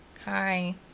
Hi